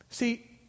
See